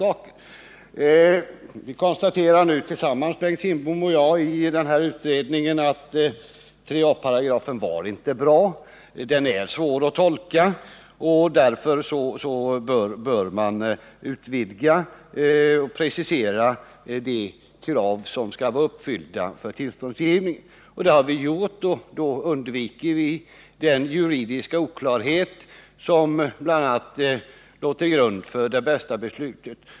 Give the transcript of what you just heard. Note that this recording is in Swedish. Både Bengt Kindbom och jag konstaterar i den här utredningen att 3 a § inte var bra och att den är svår att tolka. Därför bör man utvidga och precisera de krav som ställs för tillståndsgivning. Det har vi gjort, och då undviker vi den juridiska oklarhet som bl.a. låg till grund för Det Bästa-beslutet.